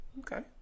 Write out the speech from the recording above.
Okay